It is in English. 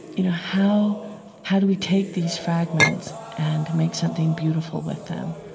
you know, how how do we take these fragments and make something beautiful with them?